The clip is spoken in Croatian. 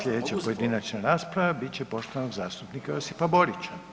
Slijedeća pojedinačna rasprava bit će poštovanog zastupnika Josipa Borića.